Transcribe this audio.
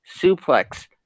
suplex